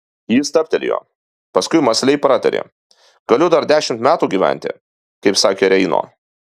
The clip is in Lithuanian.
ji stabtelėjo paskui mąsliai pratarė galiu dar dešimt metų gyventi kaip sakė reino